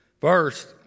First